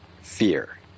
fear